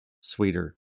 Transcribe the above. sweeter